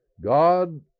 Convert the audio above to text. God